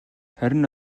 харин